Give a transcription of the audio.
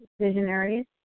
visionaries